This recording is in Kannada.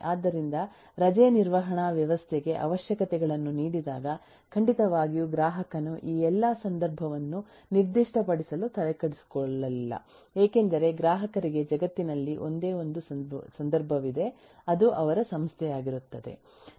ಆದ್ದರಿಂದ ರಜೆ ನಿರ್ವಹಣಾ ವ್ಯವಸ್ಥೆಗೆ ಅವಶ್ಯಕತೆಗಳನ್ನು ನೀಡಿದಾಗ ಖಂಡಿತವಾಗಿಯೂ ಗ್ರಾಹಕನು ಈ ಎಲ್ಲಾ ಸಂದರ್ಭವನ್ನು ನಿರ್ದಿಷ್ಟಪಡಿಸಲು ತಲೆಕೆಡಿಸಿಕೊಳ್ಳಲಿಲ್ಲ ಏಕೆಂದರೆ ಗ್ರಾಹಕರಿಗೆ ಜಗತ್ತಿನಲ್ಲಿ ಒಂದೇ ಒಂದು ಸಂದರ್ಭವಿದೆ ಅದು ಅವರ ಸಂಸ್ಥೆಯಾಗಿರುತ್ತದೆ